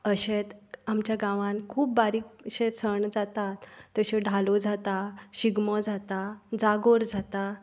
अशेंत आमच्या गांवांन खूब बारीक अशे सण जातात तश्यो ढालो जाता शिगमो जाता जागोर जाता